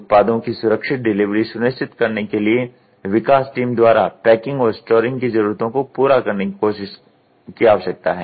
उत्पादों की सुरक्षित डिलीवरी सुनिश्चित करने के लिए विकास टीम द्वारा पैकिंग और स्टोरिंग की जरूरतों को पूरा करने की आवश्यकता है